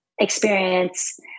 experience